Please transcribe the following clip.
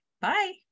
Bye